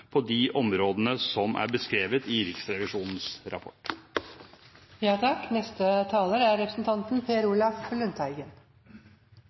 på de områdene som er beskrevet i Riksrevisjonens rapport. Jeg vil i all hovedsak slutte meg til representanten